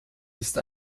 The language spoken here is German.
ist